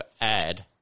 add